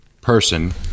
person